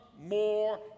more